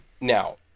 Now